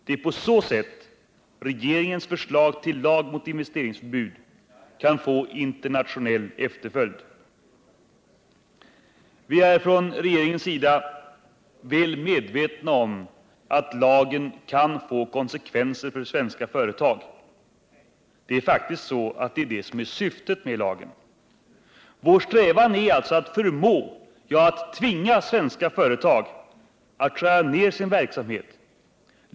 Det är på så sätt regeringens förslag till lag om investeringsförbud kan få internationell efterföljd. Vi är från regeringens sida väl medvetna om att lagen kan få konsekvenser för svenska företag. Det är faktiskt så att det är det som är syftet med lagen. Vår strävan är alltså att förmå — ja, att tvinga — svenska företag att skära ned sin verksamhet.